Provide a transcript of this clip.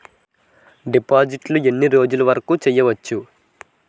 డిపాజిట్లు ఎన్ని రోజులు వరుకు చెయ్యవచ్చు?